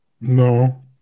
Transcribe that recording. No